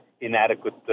inadequate